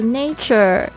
nature